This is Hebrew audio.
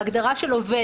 בהגדרה של עובד.